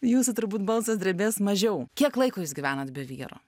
jūsų turbūt balsas drebės mažiau kiek laiko jūs gyvenat be vyro